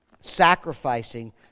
sacrificing